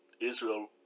Israel